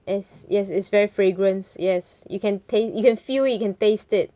yes yes it's very fragrance yes you can taste you can feel you can taste it